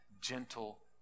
gentle